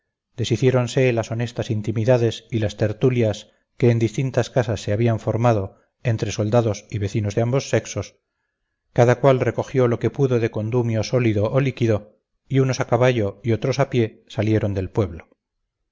dulcemente deshiciéronse las honestas intimidades y las tertulias que en distintas casas se habían formado entre soldados y vecinos de ambos sexos cada cual recogió lo que pudo de condumio sólido o líquido y unos a caballo y otros a pie salieron del pueblo